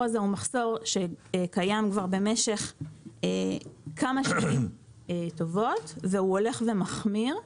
הזה הוא מחסור שקיים כבר במשך כמה שנים והוא הולך ומחמיר.